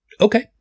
Okay